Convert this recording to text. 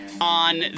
on